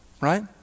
right